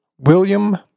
William